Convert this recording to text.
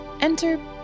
Enter